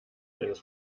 eines